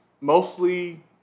mostly